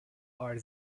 are